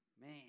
Man